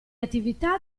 attività